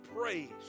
praise